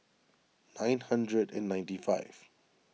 nine hundred and ninety five